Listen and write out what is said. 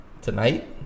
Tonight